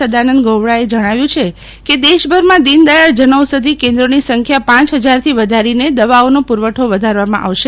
સદાનંદ ગોવડાએ જણાવ્યું છે કે દેશભરમાં દીનદયાળ જનૌષધિ કેન્દ્રોની સંખ્યા પાંચ હજારથી વધારીને દવાઓનો પૂરવઠો વધારવામાં આવશે